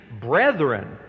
brethren